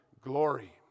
glory